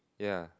ya